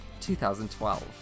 2012